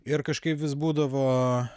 ir kažkaip vis būdavo